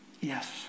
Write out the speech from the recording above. Yes